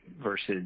versus